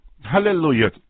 hallelujah